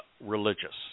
religious